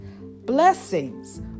Blessings